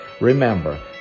Remember